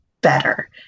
better